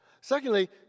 secondly